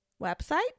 website